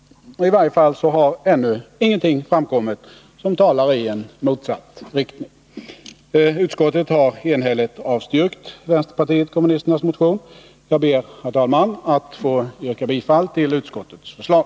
I varje fall har ännu ingenting framkommit som talar i motsatt riktning. Utskottet har enhälligt avstyrkt vänsterpartiet kommunisternas motion. Jag ber, fru talman, att få yrka bifall till utskottets förslag.